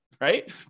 Right